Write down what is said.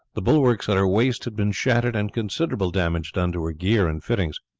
the bulwarks at her waist had been shattered, and considerable damage done to her gear and fittings.